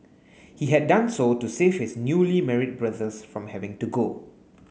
he had done so to save his newly married brothers from having to go